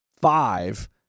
five